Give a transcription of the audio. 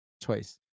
twice